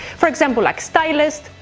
for example, like stylist,